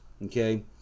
okay